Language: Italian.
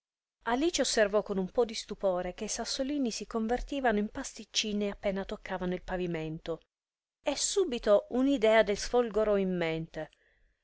alice osservò con un pò di stupore che i sassolini si convertivano in pasticcini appena toccavano il pavimento e subito un idea le sfolgorò in mente